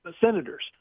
senators